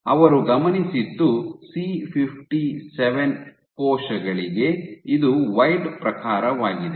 ಅವರು ಗಮನಿಸಿದ್ದು C57 ಕೋಶಗಳಿಗೆ ಇದು ವೈಲ್ಡ್ ಪ್ರಕಾರವಾಗಿದೆ